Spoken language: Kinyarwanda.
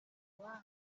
bandi